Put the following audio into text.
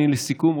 לסיכום,